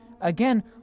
Again